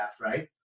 right